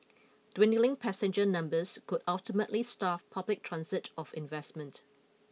dwindling passenger numbers could ultimately starve public transit of investment